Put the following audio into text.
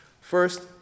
First